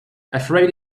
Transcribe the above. afraid